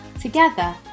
Together